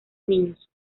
niños